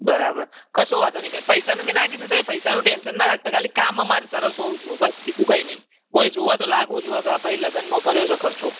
બરાબર કશો વાંધો નહીં બેન પૈસાનું મેં ના કીધું તમે પૈસાનું ટેન્શન ના રાખતા ખાલી કામ અમારે સરસ હોવું જોવ બસ બીજું કંઈ નહીં કોઈ જોવે તો લાગવું જોઈએ કે ભાઈ લગનમાં કર્યો છે ખર્ચો